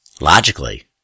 logically